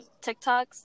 tiktoks